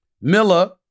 Miller